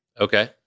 Okay